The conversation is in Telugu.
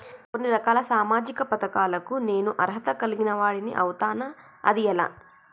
కొన్ని రకాల సామాజిక పథకాలకు నేను అర్హత కలిగిన వాడిని అవుతానా? అది ఎలా?